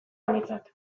aintzat